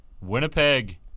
Winnipeg